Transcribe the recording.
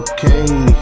Okay